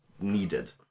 needed